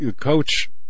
coach